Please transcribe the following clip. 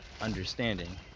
understanding